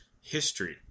history